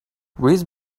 this